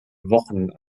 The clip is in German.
wochen